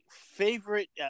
favorite